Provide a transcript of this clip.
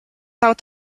out